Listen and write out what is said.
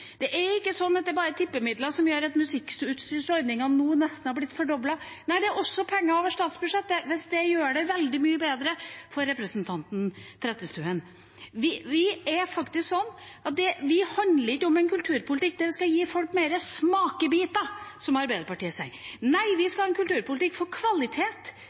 Det er ikke sånn at det bare er tippemidler som gjør at musikkutstyrsordningen nå nesten har blitt fordoblet, det er også penger over statsbudsjettet – hvis det gjør det veldig mye bedre for representanten Trettebergstuen. Det handler ikke om en kulturpolitikk der vi skal gi folk mer smakebiter, som Arbeiderpartiet sier, nei, vi skal ha en kulturpolitikk med kvalitet. Vi skal sørge for